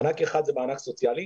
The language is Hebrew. מענק אחד זה מענק סוציאלי,